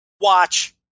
watch